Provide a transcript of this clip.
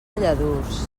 lladurs